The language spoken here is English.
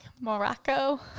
Morocco